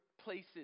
places